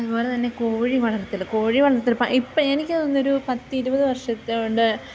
അതുപോലെ തന്നെ കോഴി വളർത്തൽ കോഴി വളർത്തലിപ്പം ഇപ്പം എനിക്കൊന്നൊരു പത്തിരുപത് വർഷത്തെ ഉണ്ട്